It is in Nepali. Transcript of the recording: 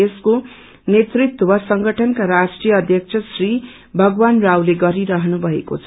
यसको नेतृत्व संगठनका राट्रीय अध्यक्ष श्री भगवानारवले गरिरहनु भएको छ